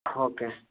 okay